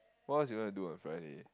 what else you gonna do on Friday